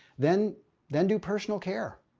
then then do personal care.